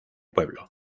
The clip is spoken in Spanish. pueblo